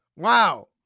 Wow